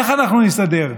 איך אנחנו נסתדר?